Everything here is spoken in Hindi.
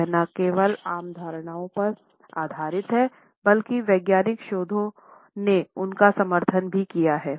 यह न केवल आम धारणाओं पर आधारित हैं बल्कि वैज्ञानिक शोध ने उनका समर्थन भी किया गया है